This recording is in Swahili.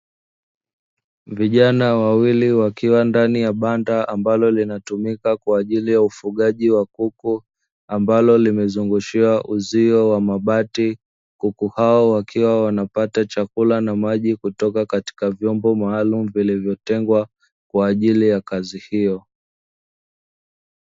Vijana wawili wakiwa ndani ya banda ambalo linatumika kwa ajili ya ufugaji wa kuku, ambalo limezungushiwa uzio wa mabati. Kuku hao wakiwa wanapata chakula na maji kutoka katika vyombo maalumu, vilivyotengwa kwa ajili ya kazi hiyo.